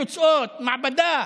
תוצאות מעבדה,